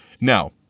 Now